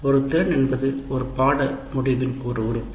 ஒரு திறமை என்பது ஒரு பாட முடிவின் ஒரு உறுப்பு